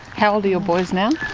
how old are your boys now?